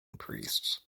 priests